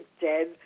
dead